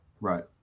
Right